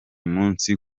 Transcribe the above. munsi